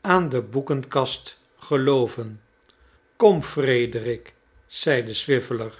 aan de boekenkast gelooven kom frederik i zeide